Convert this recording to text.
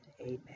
amen